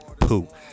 Poop